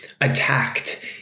attacked